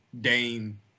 Dane